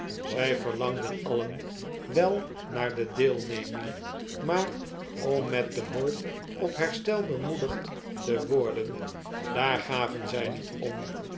zij verlangden allen wel naar deelneming maar om met do hoop op herstel bemoedigd te worden daar gaven zij niet om